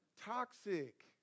Toxic